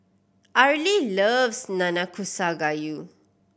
Arley loves Nanakusa Gayu